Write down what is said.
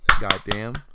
Goddamn